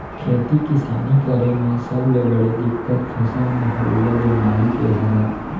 खेती किसानी करे म सबले बड़े दिक्कत फसल म होवइया बेमारी के हवय